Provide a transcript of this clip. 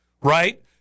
right